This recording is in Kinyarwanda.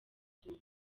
izuba